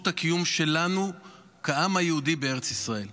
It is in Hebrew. הקיום שלנו כעם היהודי בארץ ישראל.